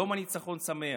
יום הניצחון שמח.